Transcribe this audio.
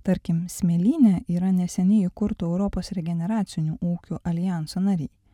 tarkim smėlyne yra neseniai įkurto europos regeneracinių ūkių aljanso nariai